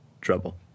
trouble